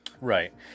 right